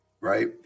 right